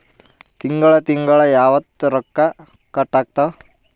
ತಿಂಗಳ ತಿಂಗ್ಳ ಯಾವತ್ತ ರೊಕ್ಕ ಕಟ್ ಆಗ್ತಾವ?